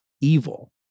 evil